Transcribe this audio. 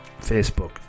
facebook